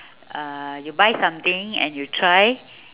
uh you buy something and you try